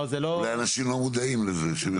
אולי אנשים לא מודעים לזה.